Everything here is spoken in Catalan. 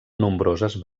nombroses